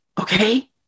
okay